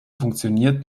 funktioniert